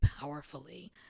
powerfully